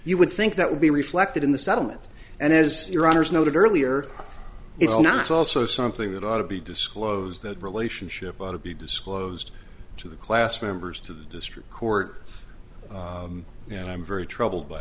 you would think that would be reflected in the settlement and as your honour's noted earlier it's not it's also something that ought to be disclosed that relationship ought to be disclosed to the class members to the district court and i'm very troubled by